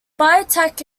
biotech